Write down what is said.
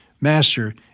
Master